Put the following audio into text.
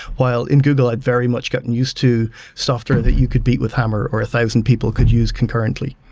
while in google, it very much gotten used to software that you could beat with hammer, or a thousand people could use concurrently.